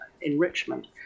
enrichment